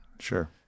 sure